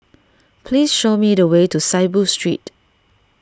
please show me the way to Saiboo Street